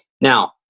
Now